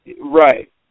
Right